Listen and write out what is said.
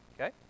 Okay